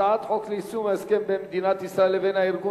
הצעת חוק ליישום ההסכם בין מדינת ישראל לבין הארגון